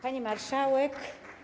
Pani Marszałek!